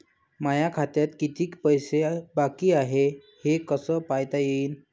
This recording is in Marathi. माया खात्यात कितीक पैसे बाकी हाय हे कस पायता येईन?